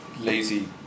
Lazy